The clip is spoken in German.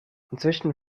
inzwischen